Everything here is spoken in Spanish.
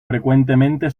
frecuentemente